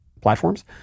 platforms